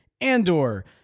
Andor